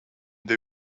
they